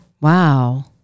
Wow